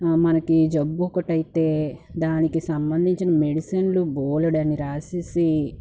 మనకి జబ్బు ఒకటైతే దానికి సంబంధించిన మెడిసిన్లు బోలెడన్ని రాసేసి